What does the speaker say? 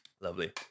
Lovely